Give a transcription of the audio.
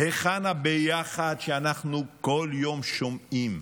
היכן הביחד שאנחנו כל יום שומעים?